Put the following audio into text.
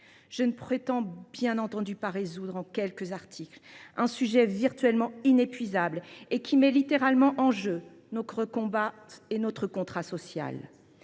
Je ne prétends bien entendu pas résoudre en quelques articles un sujet virtuellement inépuisable et qui met littéralement en jeu notre contrat social.